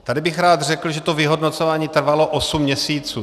Tady bych rád řekl, že to vyhodnocování trvalo osm měsíců.